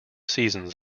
seasons